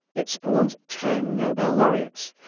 it spawned ten nobel laureates.